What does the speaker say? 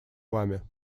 вами